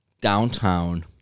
downtown